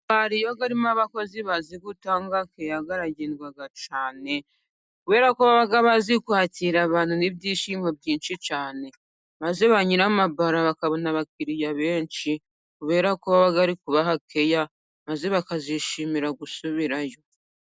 Akabari iyo karimo abakozi bazi gutanga keya karagerwa cyane, kubera ko baba bazi kwakira abantu n'ibyishimo byinshi cyane, maze ba nyir'amabara bakabona abakiriya benshi, kubera ko baba bari kubaha keya maze bakazishimira gusubirayo.